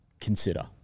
consider